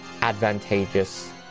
advantageous